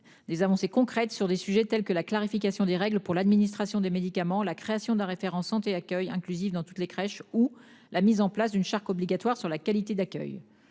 Des avancées concrètes sur des sujets tels que la clarification des règles pour l'administration des médicaments, la création d'un référent santé accueil inclusive dans toutes les crèches ou la mise en place d'une charte obligatoire sur la qualité d'accueil.